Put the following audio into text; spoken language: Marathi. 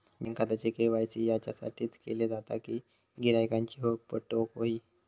बँक खात्याचे के.वाय.सी याच्यासाठीच केले जाता कि गिरायकांची ओळख पटोक व्हयी